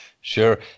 Sure